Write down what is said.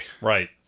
Right